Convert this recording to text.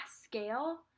scale